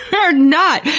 are not!